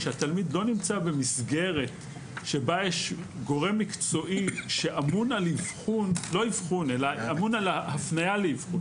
כשהתלמיד לא נמצא במסגרת שבה יש גורם מקצועי שאמון על ההפניה לאבחון.